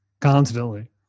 constantly